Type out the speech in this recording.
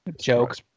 Jokes